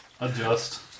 Adjust